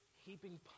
heaping